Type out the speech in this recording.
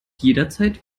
jederzeit